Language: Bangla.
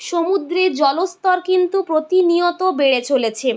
সমুদ্রের জল স্তর কিন্তু প্রতিনিয়ত বেড়ে চলেছে